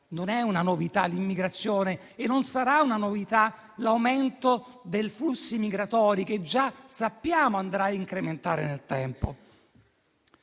Non è una novità l'immigrazione e non sarà una novità l'aumento dei flussi migratori, che - come già sappiamo - si incrementerà nel tempo.